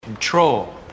Control